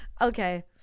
Okay